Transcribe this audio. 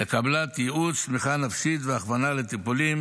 לקבלת ייעוץ תמיכה נפשית והכוונה לטיפולים,